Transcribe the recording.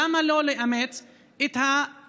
למה לא לאמץ את החלופה,